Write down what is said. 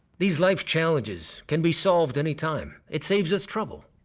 these life challenges can be solved anytime. it saves us trouble.